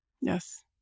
Yes